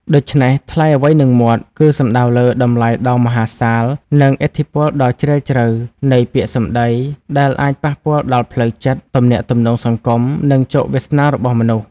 ដូច្នេះ "ថ្លៃអ្វីនឹងមាត់" គឺសំដៅលើ តម្លៃដ៏មហាសាល និងឥទ្ធិពលដ៏ជ្រាលជ្រៅ នៃពាក្យសម្ដី ដែលអាចប៉ះពាល់ដល់ផ្លូវចិត្ត ទំនាក់ទំនងសង្គម និងជោគវាសនារបស់មនុស្ស។